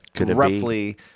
roughly